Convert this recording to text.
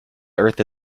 earth